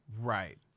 Right